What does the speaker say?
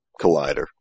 collider